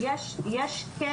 יש כן